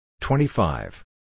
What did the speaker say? Twenty-five